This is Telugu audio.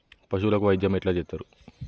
పశువులకు వైద్యం ఎట్లా చేత్తరు?